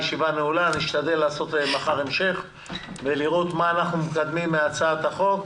נשתדל לעשות מחר דיון המשך ולראות מה אנחנו מקדמים מהצעת החוק.